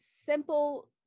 simple